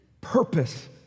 purpose